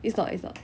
it's not it's not